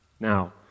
Now